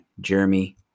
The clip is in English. Jeremy